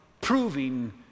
proving